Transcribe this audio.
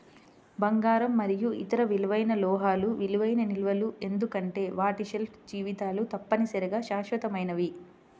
బంగారం మరియు ఇతర విలువైన లోహాలు విలువైన నిల్వలు ఎందుకంటే వాటి షెల్ఫ్ జీవితాలు తప్పనిసరిగా శాశ్వతమైనవి